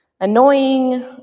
annoying